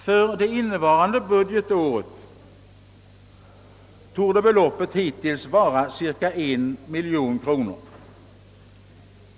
För det innevarande budgetåret torde beloppet hittills vara cirka 1 miljon kronor.